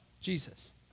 Jesus